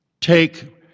take